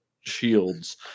shields